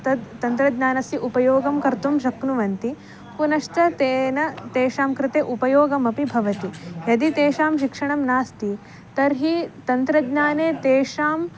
तद् तन्त्रज्ञानस्य उपयोगं कर्तुं शक्नुवन्ति पुनश्च तेन तेषां कृते उपयोगमपि भवति यदि तेषां शिक्षणं नास्ति तर्हि तन्त्रज्ञाने तेषां